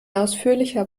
ausführlicher